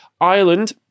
Ireland